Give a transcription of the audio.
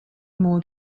more